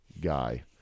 guy